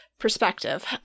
Perspective